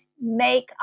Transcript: make